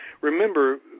Remember